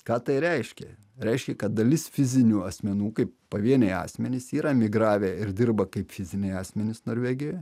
ką tai reiškia reiškia kad dalis fizinių asmenų kaip pavieniai asmenys yra emigravę ir dirba kaip fiziniai asmenys norvegijoje